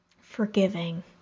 Forgiving